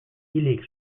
hilik